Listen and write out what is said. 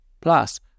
Plus